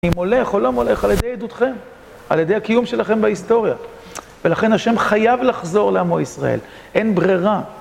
אם הולך או לא הולך, על ידי עדותכם, על ידי הקיום שלכם בהיסטוריה. ולכן ה' חייב לחזור לעמו ישראל. אין ברירה.